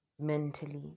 mentally